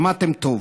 שמעתם טוב.